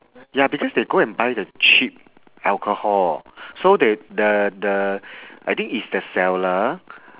ya because they go and buy the cheap alcohol so they the the I think it's the seller